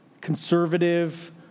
conservative